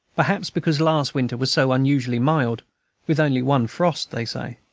perhaps because last winter was so unusually mild with only one frost, they say.